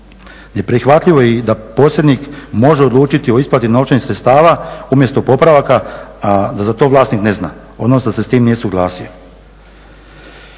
Neprihvatljivo je i da posjednik može odlučiti o isplati novčanih sredstava umjesto popravaka, a da za to vlasnik ne zna odnosno da se s tim nije suglasio.